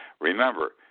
Remember